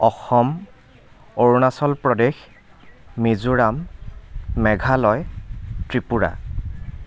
Assam Arunachal Pradesh Mizoram Meghalaya Tripura